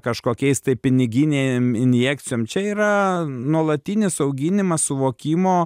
kažkokiais tai piniginėm injekcijom čia yra nuolatinis auginimas suvokimo